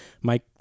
mike